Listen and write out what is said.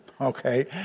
okay